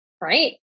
Right